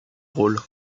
rôle